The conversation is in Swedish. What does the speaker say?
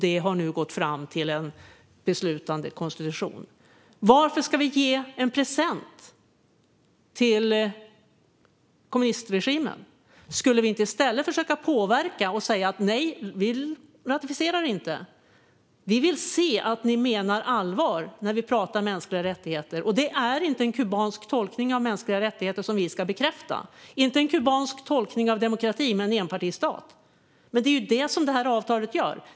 Den har nu gått fram till en beslutande konstitution. Varför ska vi ge en present till kommunistregimen? Borde vi inte i stället försöka påverka och säga "Nej, vi ratificerar inte - vi vill se att ni menar allvar när vi pratar mänskliga rättigheter"? Och det är inte en kubansk tolkning av mänskliga rättigheter som vi ska bekräfta, inte heller en kubansk tolkning av demokrati med en enpartistat. Men det är ju det avtalet gör.